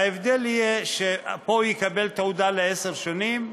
ההבדל יהיה שפה הוא יקבל תעודה לעשר שנים,